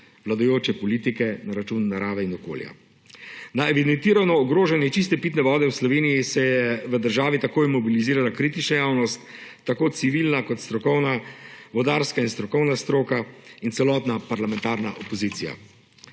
vladajoče politike na račun narave in okolja. Na evidentno ogrožanje čiste pitne vode v Sloveniji se je v državi takoj mobilizirala kritična javnost, tako civilna kot strokovna, vodarska in strokovna stroka ter celotna parlamentarna opozicija.